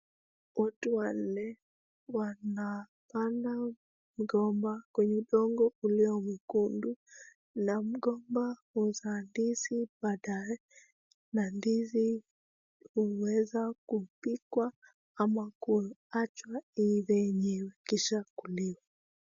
Watu wanne wanapanda mgomba kwenye udongo ulio mwekundu na mgomba huzaa ndizi baadaye na ndizi uweza kupikwa ama kuachwa iive yenyewe kisha kuliwa.